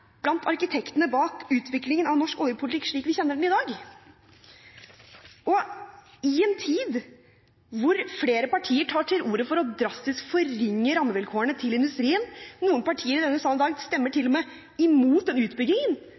blant arkitektene bak utviklingen av norsk oljepolitikk slik vi kjenner den i dag. I en tid hvor flere partier tar til orde for drastisk å forringe rammevilkårene til industrien – noen partier i denne salen stemmer i dag til og med imot utbyggingen